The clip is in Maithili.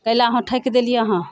कै ला अहाँ ठकि देलियै अहाँ